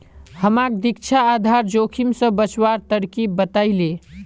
हमाक दीक्षा आधार जोखिम स बचवार तरकीब बतइ ले